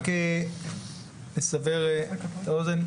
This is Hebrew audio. רק לסבר את האוזן,